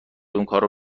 اونکارو